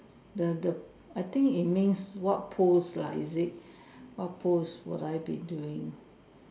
the the I think it means what pose lah is it what pose would I be doing